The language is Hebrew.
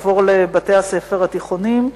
עבור לבתי-הספר התיכוניים.